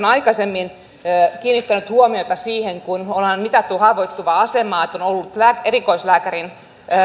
aikaisemmin kiinnittänyt huomiota siihen kun ollaan mitattu haavoittuvien asemaa että on on ollut erikoislääkärin